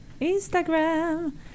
Instagram